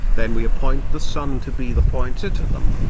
then we appoint the sun to be the pointer to them.